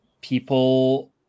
people